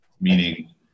Meaning